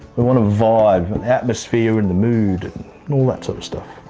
we want a vibe, an atmosphere and a mood and all that sort of stuff.